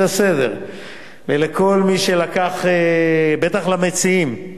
ולכל מי שלקח חלק, בטח למציעים,